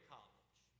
College